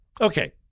Okay